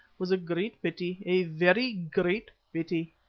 was a great pity, a very great pity!